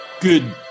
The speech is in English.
Good